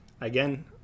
again